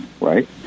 right